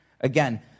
Again